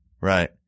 Right